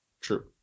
True